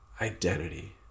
identity